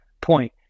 point